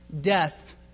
death